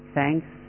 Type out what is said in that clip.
thanks